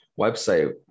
website